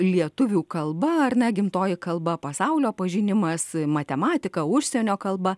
lietuvių kalba ar ne gimtoji kalba pasaulio pažinimas matematika užsienio kalba